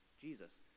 Jesus